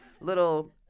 little